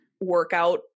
workout